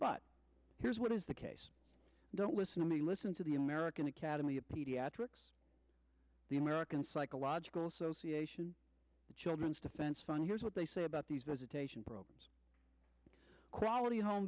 but here's what is the case don't listen to me listen to the american academy of pediatrics the american psychological association the children's defense fund here's what they say about these visitation programs quality home